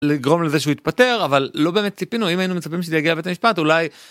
לגרום לזה שהוא יתפטר אבל לא באמת ציפינו אם היינו מצפים שזה יגיע לבית המשפט אולי.